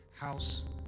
house